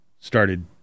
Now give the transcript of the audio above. started